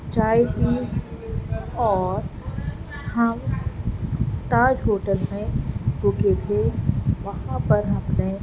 چائے پی اور ہم تاج ہوٹل میں رکے تھے وہاں پر ہم نے